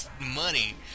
money